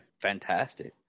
fantastic